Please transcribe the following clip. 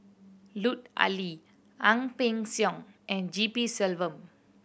Lut Ali Ang Peng Siong and G P Selvam